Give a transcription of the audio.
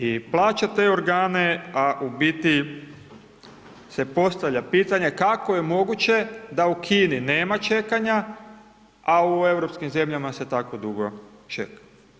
I plaća te organe, a u biti se postavlja pitanje, kako je moguće da u Kini nema čekanja, a u europskih zemljama se tako dugo čeka.